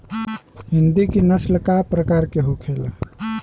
हिंदी की नस्ल का प्रकार के होखे ला?